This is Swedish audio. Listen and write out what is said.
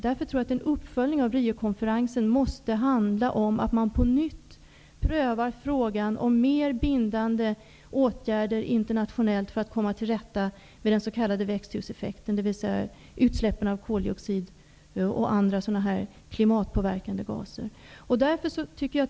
Jag tror därför att en uppföljning av Riokonferensen måste handla om att man på nytt prövar frågan om mer internationellt bindande åtgärder för att komma till rätta med den s.k.